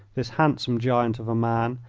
this handsome giant of a man,